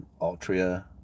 Altria